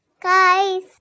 guys